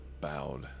bowed